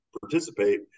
participate